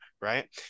right